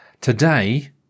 Today